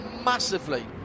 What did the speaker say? massively